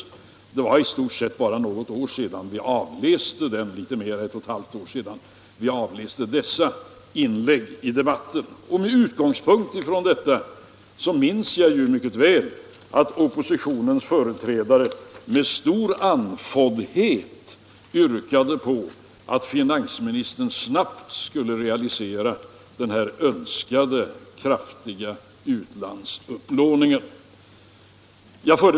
Det är bara ett och ett halvt år sedan vi kunde notera det inlägget i debatten. Med utgångspunkt i detta — jag minns det mycket väl — yrkade oppositionens företrädare med stor andfåddhet på att finansministern snabbt skulle realisera önskemålet om den kraftiga utlandsupplåningen.